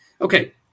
Okay